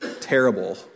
terrible